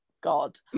god